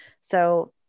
so-